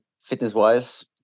fitness-wise